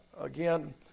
Again